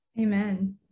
Amen